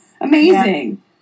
Amazing